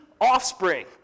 offspring